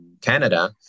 Canada